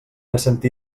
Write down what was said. assentí